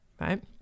right